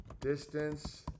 Distance